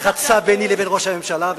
חצה ביני לבין ראש הממשלה.